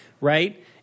right